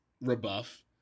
rebuff